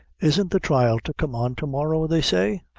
isn't the thrial to come on to-morrow, they say?